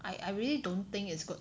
I I really don't think it's good